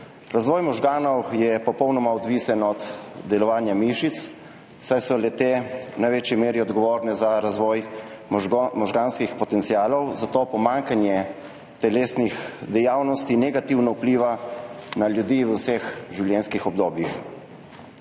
Razvoj možganov je popolnoma odvisen od delovanja mišic, saj so le-te v največji meri odgovorne za razvoj možganskih potencialov, zato pomanjkanje telesnih dejavnosti negativno vpliva na ljudi v vseh življenjskih obdobjih.